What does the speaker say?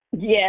Yes